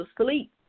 asleep